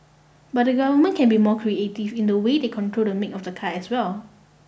but the government can be more creative in the way they control the make of the car as well